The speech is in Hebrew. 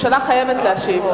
הממשלה חייבת להשיב.